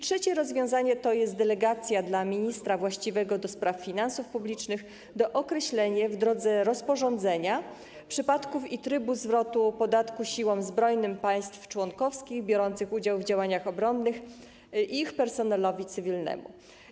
Trzecim rozwiązaniem jest delegacja dla ministra właściwego do spraw finansów publicznych do określenia w drodze rozporządzenia przypadków i trybu zwrotu podatku siłom zbrojnym państw członkowskich biorącym udział w działaniach obronnych i ich personelowi cywilnemu.